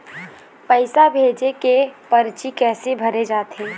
पैसा भेजे के परची कैसे भरे जाथे?